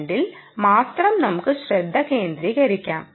2വിൽ മാത്രം നമുക്ക് ശ്രദ്ധ കേന്ദ്രീകരിക്കാം